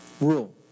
Rule